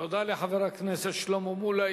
תודה לחבר הכנסת שלמה מולה.